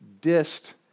Dist